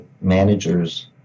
managers